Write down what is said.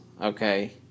okay